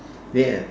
ya